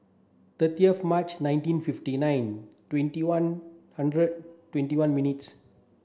thirty of March nineteen fifty nine twenty one hundred twenty one minutes